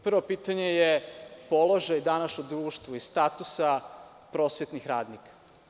Prvo pitanje je položaj danas u društvu i status prosvetnih radnika.